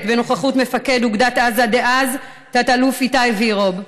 בנוכחות מפקד אוגדת עזה דאז תת-אלוף איתי וירוב,